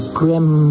grim